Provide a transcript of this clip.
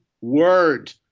word